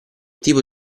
tipo